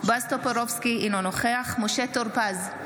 בועז טופורובסקי, אינו נוכח משה טור פז,